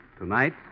Tonight